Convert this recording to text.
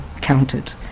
counted